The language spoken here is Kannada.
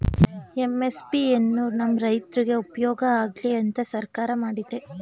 ಎಂ.ಎಸ್.ಪಿ ಎನ್ನು ನಮ್ ರೈತ್ರುಗ್ ಉಪ್ಯೋಗ ಆಗ್ಲಿ ಅಂತ ಸರ್ಕಾರ ಮಾಡಿದೆ